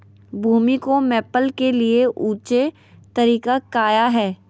भूमि को मैपल के लिए ऊंचे तरीका काया है?